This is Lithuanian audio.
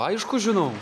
aišku žinau